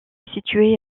situé